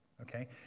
Okay